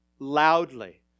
Loudly